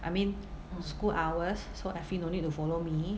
I mean school hours so effie no need to follow me